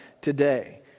today